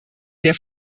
der